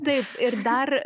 taip ir dar